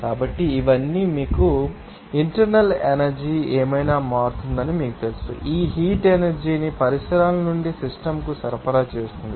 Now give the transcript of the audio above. కాబట్టి ఇవన్నీ మీకు తెలుసు ఇంటర్నల్ ఎనర్జీ ఏమైనా మారుతుందని మీకు తెలుసు ఆ హీట్ ఎనర్జీ ని పరిసరాల నుండి సిస్టమ్ కు సరఫరా చేస్తుంది